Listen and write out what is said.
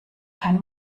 kein